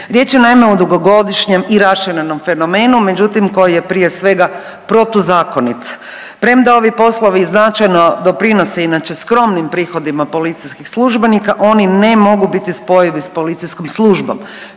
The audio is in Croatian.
Riječ je naime o dugogodišnjem i raširenom fenomenu, međutim koji je prije svega protuzakonit. Premda ovi poslovi značajno doprinose inače skromnim prihodima policijskih službenika oni ne mogu biti spojivi s policijskom službom,